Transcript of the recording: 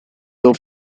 love